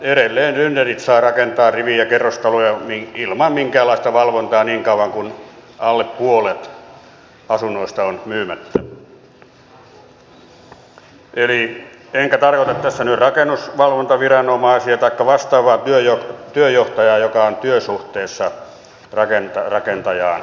edelleen grynderit saavat rakentaa rivi ja kerrostaloja ilman minkäänlaista valvontaa niin kauan kuin alle puolet asunnoista on myymättä enkä tarkoita tässä nyt rakennusvalvontaviranomaisia taikka vastaavaa työnjohtajaa joka on työsuhteessa rakennuttajaan